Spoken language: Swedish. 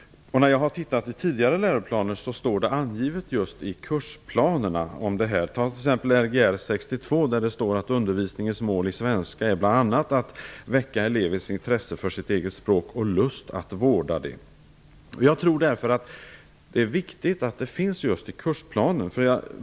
Jag har studerat tidigare läroplaner och funnit att detta tas upp i kursplanerna. I t.ex. Lgr 62 understryks att målet för undervisningen i svenska bl.a. är att väcka elevens intresse för sitt eget språk och en lust att vårda det. Jag tror att det är viktigt att detta finns med just i kursplanen.